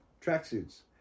tracksuits